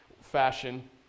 fashion